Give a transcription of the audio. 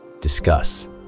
Discuss